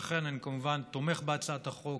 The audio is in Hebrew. לכן אני כמובן תומך בהצעת החוק,